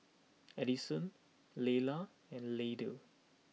Edison Layla and Lydell